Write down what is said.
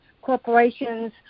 corporations